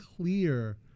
clear